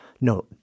no